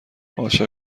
عاشق